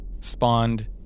spawned